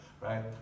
right